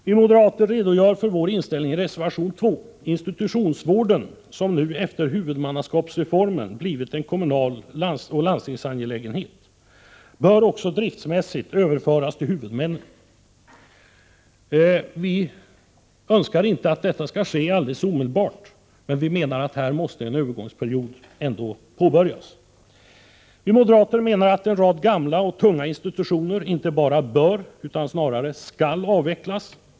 Vi moderater redogör för vår inställning i reservation 2. Institutionsvården, som nu efter huvudmannaskapsreformen har blivit en angelägenhet för kommuner och för landsting, bör också driftsmässigt överföras till huvudmännen. Vi önskar inte att detta skall ske omedelbart, men en övergång måste ändå påbörjas. Vi moderater menar att en rad gamla och tunga institutioner inte bara bör utan snarare skall avvecklas.